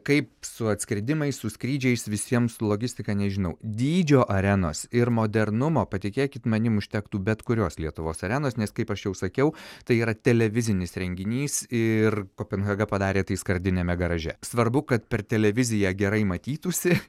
kaip su atskridimais su skrydžiais visiems logistika nežinau dydžio arenos ir modernumo patikėkit manim užtektų bet kurios lietuvos arenos nes kaip aš jau sakiau tai yra televizinis renginys ir kopenhaga padarė tai skardiniame garaže svarbu kad per televiziją gerai matytųsi